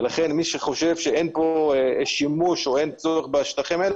לכן מי שחושב שאין כאן שימוש או אין צורך בשטחים האלה,